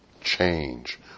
change